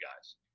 guys